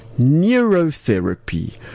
Neurotherapy